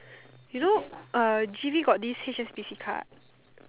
you know uh G_V got this H_S_B_C card